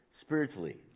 spiritually